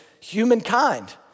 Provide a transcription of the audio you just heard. humankind